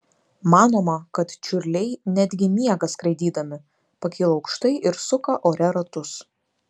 manoma kad čiurliai netgi miega skraidydami pakyla aukštai ir suka ore ratus